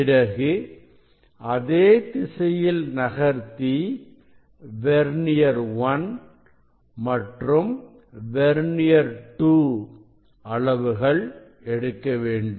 பிறகு அதே திசையில் நகர்த்தி வெர்னியர் 1 மற்றும் வெர்னியர் 2 அளவுகள் எடுக்க வேண்டும்